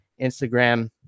Instagram